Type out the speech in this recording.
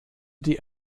die